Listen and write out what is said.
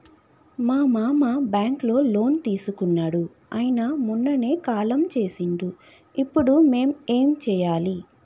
మా మామ బ్యాంక్ లో లోన్ తీసుకున్నడు అయిన మొన్ననే కాలం చేసిండు ఇప్పుడు మేం ఏం చేయాలి?